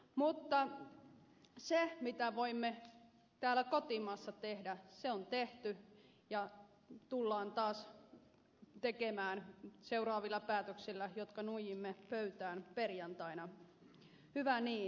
mutta se mitä voimme täällä kotimaassa tehdä se on tehty ja tullaan tekemään seuraavilla päätöksillä jotka nuijimme pöytään perjantaina hyvä niin